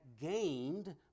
gained